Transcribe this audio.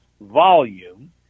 volume